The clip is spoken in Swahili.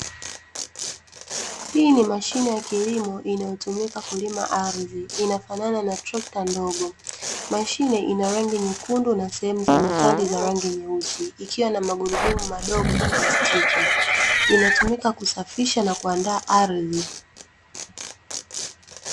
Hii ni mashine ya kilimo inayotumika kulima ardhi. Inafanana na trekta ndogo, mashine ina rangi nyekundu na sehemu za metali za rangi nyeusi ikiwa na magurudumu madogo ya plastiki. Inatumika kusafisha na kuandaa ardhi.